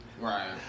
Right